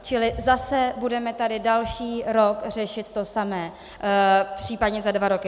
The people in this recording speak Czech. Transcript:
Čili zase budeme tady další rok řešit to samé, případně za dva roky.